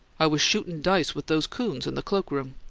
i was shootin' dice with those coons in the cloak-room.